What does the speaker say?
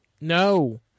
no